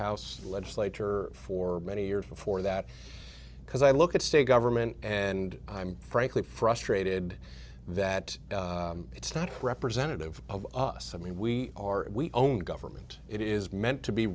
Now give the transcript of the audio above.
house legislature for many years before that because i look at state government and i'm frankly frustrated that it's not representative of us i mean we are we own government it is meant to be